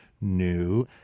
new